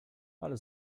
ale